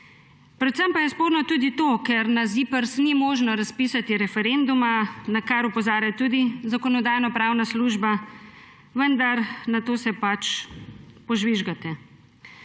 Predvsem pa je sporno tudi to, ker na ZIPRS ni mogoče razpisati referenduma, na kar opozarja tudi Zakonodajno-pravna služba, vendar na to se pač požvižgate.